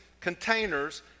containers